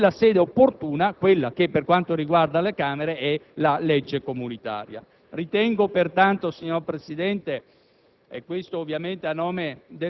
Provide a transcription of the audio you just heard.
dovrebbero essere valutate nella sede opportuna. Tale sede, per quanto riguarda le Camere, è la legge comunitaria. Ritengo, pertanto, signor Presidente,